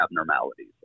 abnormalities